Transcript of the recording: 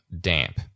damp